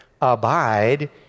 abide